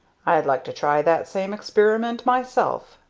i'd like to try that same experiment myself,